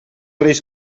reis